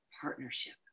partnership